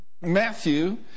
Matthew